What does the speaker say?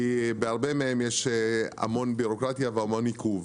כי בהרבה מהם יש המון בירוקרטיה והמון עיכוב.